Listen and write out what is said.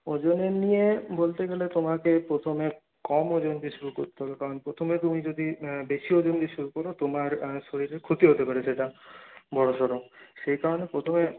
ওজনের নিয়ে বলতে গেলে তোমাকে প্রথমে কম ওজন দিয়ে শুরু করতে হবে কারণ প্রথমে তুমি যদি বেশি ওজন দিয়ে শুরু করো তোমার শরীরে ক্ষতি হতে পারে সেটা বড় সড় সেই কারণে প্রথমেই